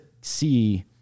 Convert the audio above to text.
see